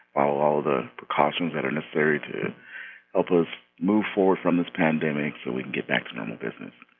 all all the precautions that are necessary to help us move forward from this pandemic so we can get back to normal business.